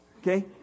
okay